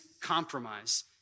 compromise